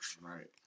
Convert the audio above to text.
Right